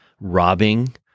robbing